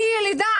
אני ילידה,